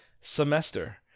semester